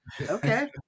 okay